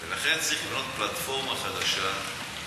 לכן צריך לבנות פלטפורמה חדשה,